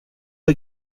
wir